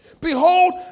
Behold